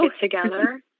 together